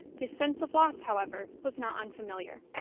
this sense of loss, however, was not unfamiliar.